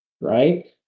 right